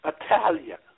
Italian